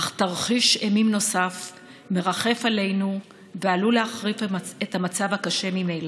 אך תרחיש אימים נוסף מרחף מעלינו ועלול להחריף את המצב הקשה ממילא.